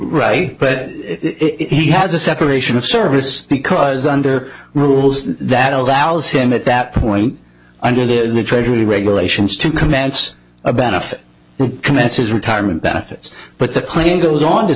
right but he had the separation of service because under rules that allows him at that point under the new treasury regulations to commence a benefit commits his retirement benefits but the claim goes on